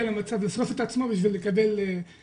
לזה שהוא צריך לשרוף את עצמו כדי לקבל זכויות.